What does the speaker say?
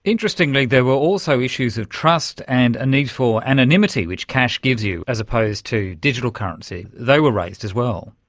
interestingly there were also issues of trust and the need for anonymity which cash gives you, as opposed to digital currency. they were raised as well.